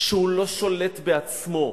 שהוא לא שולט בעצמו,